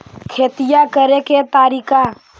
खेतिया करेके के तारिका?